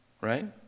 Right